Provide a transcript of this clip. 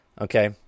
Okay